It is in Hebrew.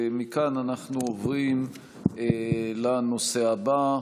מכאן אנחנו עוברים לנושא הבא,